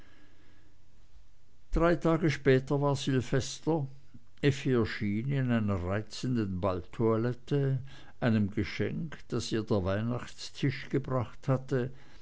drei tage später war silvester effi erschien in einer reizenden balltoilette einem geschenk das ihr der weihnachtstisch gebracht hatte